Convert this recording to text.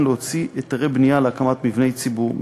להוציא היתרי בנייה להקמת מבני ציבור,